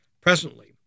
presently